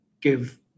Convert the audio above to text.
give